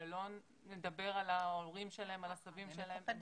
שלא נדבר על ההורים שלהם ועל הסבים שלהם.